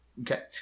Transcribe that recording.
Okay